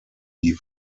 die